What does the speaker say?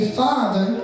father